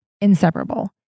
inseparable